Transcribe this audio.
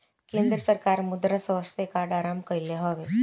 केंद्र सरकार मृदा स्वास्थ्य कार्ड आरंभ कईले हवे